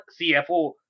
CFO